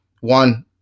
One